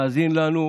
מאזין לנו.